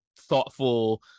thoughtful